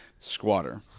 squatter